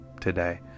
today